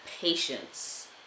patience